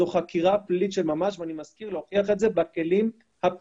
זו חקירה פלילית של ממש ואני מזכיר שצריך להוכיח את זה בכלים הפליליים,